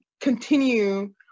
continue